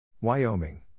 Wyoming